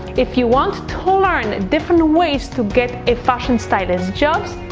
if you want to learn different ways to get a fashion stylist job,